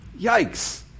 Yikes